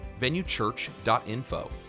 VenueChurch.info